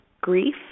grief